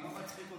מה מצחיק אותך?